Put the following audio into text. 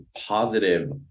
positive